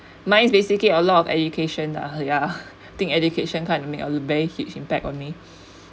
mine is basically a lot of education ya think education kind of make a very huge impact on me